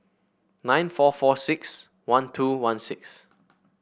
nine four four six one two one six